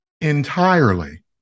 entirely